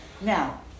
Now